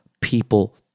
people